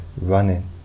running